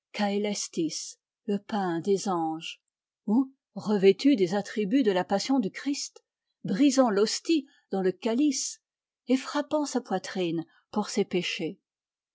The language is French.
le pain des anges ou revêtu des attributs de la passion du christ brisant l'hostie dans le calice et frappant sa poitrine pour ses péchés